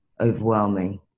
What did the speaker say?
overwhelming